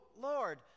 Lord